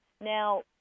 Now